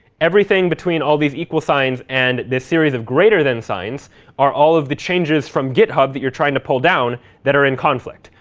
everything between all of these equal signs and this series of greater than signs are all of the changes from github that you're trying to pull down that are in conflict.